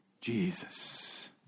Jesus